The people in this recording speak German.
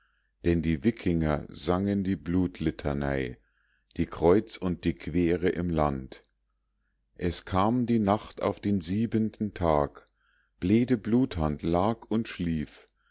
denn die wikinger sangen die blutlitanei die kreuz und die quere im land es kam die nacht auf den siebenten tag bleede bluthand lag und schlief